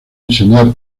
diseñar